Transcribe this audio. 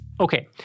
Okay